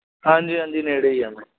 ਹਾਂਜੀ ਹਾਂਜੀ ਨੇੜੇ ਹੀ ਹਾਂ ਮੈਂ